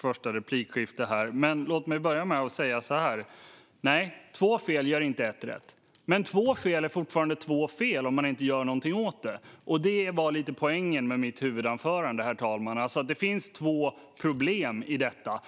första replik, men låt mig börja med att säga så här: Nej, två fel gör inte ett rätt, men två fel är fortfarande två fel om man inte gör någonting åt det. Det var lite det som var poängen med mitt huvudanförande, herr talman, det vill säga att det finns två problem i detta.